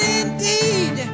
indeed